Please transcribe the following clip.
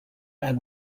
and